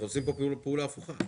אנחנו עושים פה כאילו פעולה הפוכה.